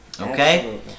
Okay